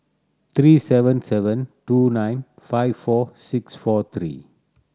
three seven seven two nine five four six four three